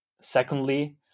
secondly